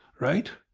right.